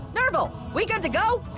nerville, we good to go?